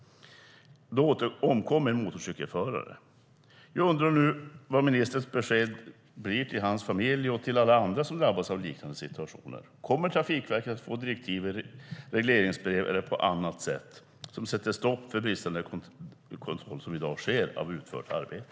Då omkom en motorcykelförare. Jag undrar nu vad ministerns besked blir till hans familj och till alla andra som drabbats av liknande situationer. Kommer Trafikverket att få direktiv i regleringsbrev eller på annat sätt som sätter stopp för den bristande kontroll som i dag sker av utfört arbete?